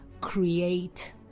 create